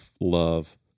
love